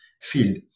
field